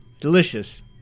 delicious